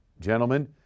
gentlemen